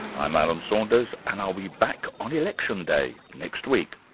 i'm alan saunders and i'll be back on election day next week